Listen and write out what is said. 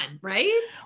Right